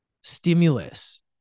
stimulus